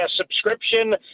subscription